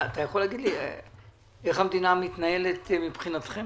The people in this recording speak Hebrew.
אתה יכול להגיד לי איך המדינה מתנהלת מבחינתכם?